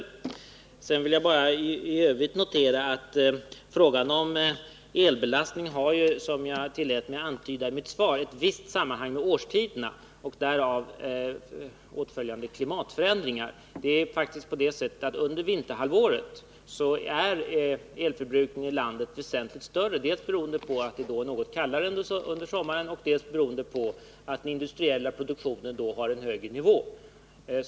I övrigt vill jag notera att frågan om elbelastningen, som jag tillät mig antyda i mitt svar, ju har ett visst sammanhang med årstiderna och därav åtföljande klimatförändringar. Under vinterhalvåret är elförbrukningen i landet väsentligt större, dels beroende på att det då är något kallare än under sommaren, dels beroende på att den industriella produktionen då har en högre nivå.